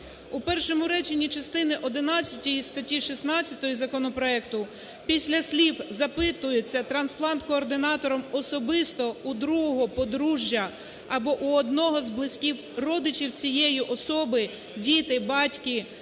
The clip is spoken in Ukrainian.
У першому реченні частини одинадцятої статті 16 законопроекту після слів "запитуєтьсятрансплант-координатором особисто у другого подружжя або у одного з близьких родичів цієї особи (діти, батьки, рідні